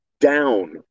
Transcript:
down